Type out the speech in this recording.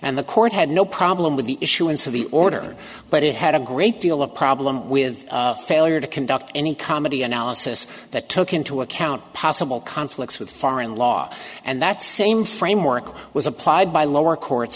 and the court had no problem with the issuance of the order but it had a great deal of problem with failure to conduct any comedy analysis that took into account possible conflicts with foreign law and that same framework was applied by lower court